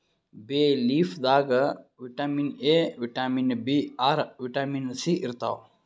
ಬೇ ಲೀಫ್ ದಾಗ್ vitamin A, vitamin B R, vitamin C ಇರ್ತವ್